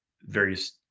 various